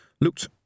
looked